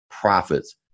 profits